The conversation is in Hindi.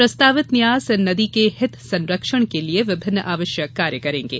प्रस्तावित न्यास इन नदी के हित संरक्षण के लिए विभिन्न आवश्यक कार्य करेंगे